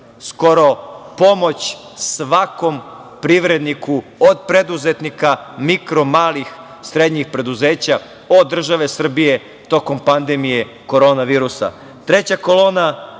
skoro pomoć svakom privredniku, od preduzetnika, mikro, malih i srednjih preduzeća, od države Srbije tokom pandemije korona virusa. Treća kolona